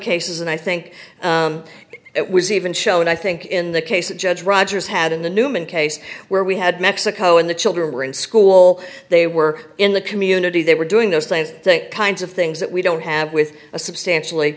cases and i think it was even shown i think in the case that judge rogers had in the newman case where we had mexico and the children were in school they were in the community they were doing those things kinds of things that we don't have with a substantially